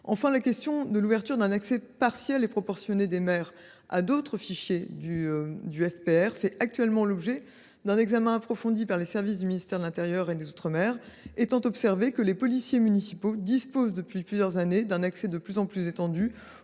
Enfin, la question de l’ouverture d’un accès partiel et proportionné des maires à d’autres fiches du FPR fait actuellement l’objet d’un examen approfondi par les services du ministère de l’intérieur et des outre mer, étant observé que les policiers municipaux disposent, depuis plusieurs années, d’un accès de plus en plus étendu